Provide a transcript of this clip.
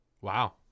Wow